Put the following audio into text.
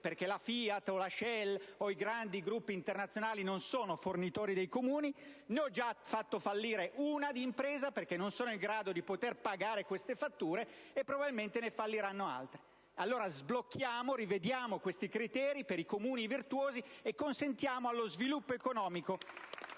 perché la FIAT o la Shell o i grandi gruppi internazionali non sono fornitori dei Comuni. Ho già fatto fallire un'impresa perché non sono in grado di pagare queste fatture, e probabilmente ne falliranno altre. Allora, sblocchiamo, rivediamo questi criteri per i Comuni virtuosi, e consentiamo allo sviluppo economico